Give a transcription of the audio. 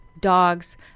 dogs